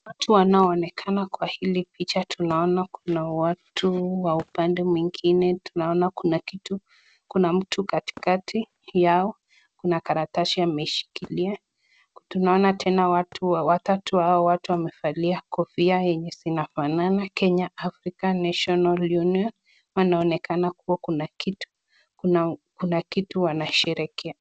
Watu wanao onekana kwa hili picha. Tunaona kuna watu wa upande mwingine. Tunaonakuna mtu katikati yao. Kuna karatasi ameshikilia. Tunaona tena watatu hawa. Wote wamevalia kofia zinazofanana Kenya Africa national union. Wanaonekana kua kuna kitu wanasherehekea.